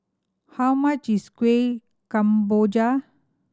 how much is Kuih Kemboja